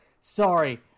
Sorry